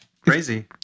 Crazy